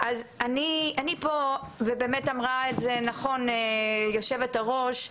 אני פה, ובאמת אמרה את זה נכון, יושבת הראש,